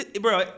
Bro